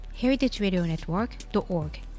heritageradionetwork.org